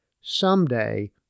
Someday